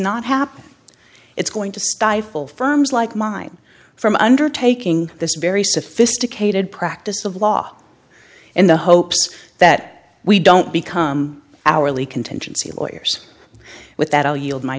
not happening it's going to stifle firms like mine from undertaking this very sophisticated practice of law in the hopes that we don't become hourly contingency lawyers with that i'll yield my